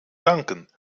danken